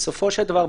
בסופו של דבר,